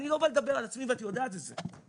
אני לא בא לדבר על עצמי ואת יודעת את זה,